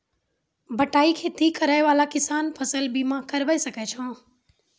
बटाई खेती करै वाला किसान फ़सल बीमा करबै सकै छौ?